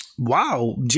Wow